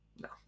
No